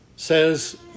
Says